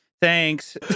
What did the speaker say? thanks